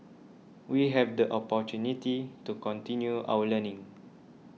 we have the opportunity to continue our learning